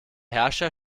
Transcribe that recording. herrscher